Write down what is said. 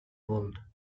world